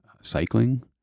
cycling